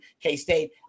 K-State